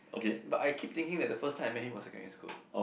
but I keep thinking that the first time I met him was secondary school